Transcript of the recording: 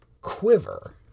quiver